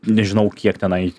nežinau kiek tenai